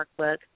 workbook